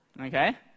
okay